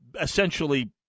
essentially